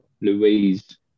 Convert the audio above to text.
Louise